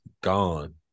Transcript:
gone